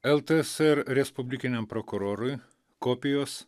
ltsr respublikiniam prokurorui kopijos